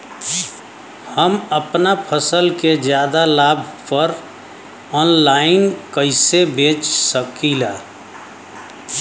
हम अपना फसल के ज्यादा लाभ पर ऑनलाइन कइसे बेच सकीला?